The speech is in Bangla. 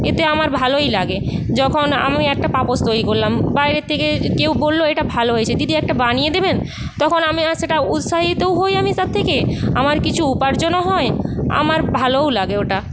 এতে আমার ভালোই লাগে যখন আমি একটা পাপোস তৈরি করলাম বাইরের থেকে কেউ বলল এটা ভালো হয়েছে দিদি একটা বানিয়ে দেবেন তখন আমি সেটা উৎসাহিতও হই তার থেকে আমার কিছু উপার্জনও হয় আমার ভালোও লাগে ওটা